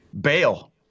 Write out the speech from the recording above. bail